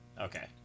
Okay